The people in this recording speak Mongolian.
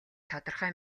тодорхой